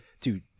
Dude